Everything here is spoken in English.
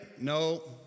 No